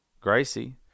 Gracie